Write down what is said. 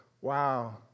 Wow